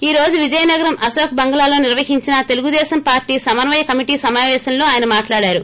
ఈ రోజు విజయనగరం అశోక్ బంగ్లాలో నిర్వహించిన తెలుగుదేశం పార్లీ సమన్వయ కమిటీ సమాపేశంలో ఆయన మాట్లాడారు